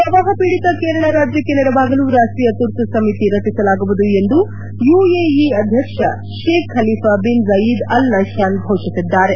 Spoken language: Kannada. ಪ್ರವಾಹ ಪೀಡಿತ ಕೇರಳ ರಾಜ್ಯಕ್ಷೆ ನೆರವಾಗಲು ರಾಷ್ಷೀಯ ತುರ್ತು ಸಮಿತಿ ರಚಿಸಲಾಗುವುದು ಎಂದು ಯುಎಇ ಅಧ್ಯಕ್ಷ Sheikh Khalifa bin Zayed Al ನಹ್ಲಾನ್ ಘೋಷಿಸಿದ್ದಾರೆ